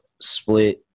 split –